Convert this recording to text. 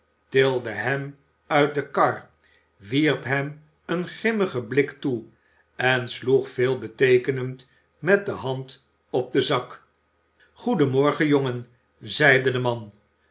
tilde hem uit de kar wierp hem een grimmigen blik toe en sloeg veelbeteekenend met de hand op den zak goedenmorgen jongen zeide de man